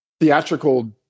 theatrical